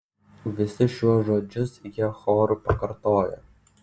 visus šiuos žodžius jie choru pakartojo